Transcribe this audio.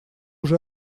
уже